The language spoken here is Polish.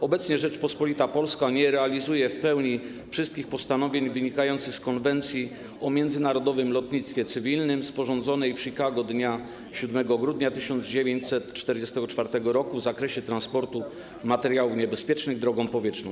Obecnie Rzeczpospolita Polska nie realizuje w pełni wszystkich postanowień wynikających z Konwencji o międzynarodowym lotnictwie cywilnym, sporządzonej w Chicago dnia 7 grudnia 1944 r. w zakresie transportu materiałów niebezpiecznych drogą powietrzną.